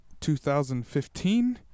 2015